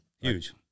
Huge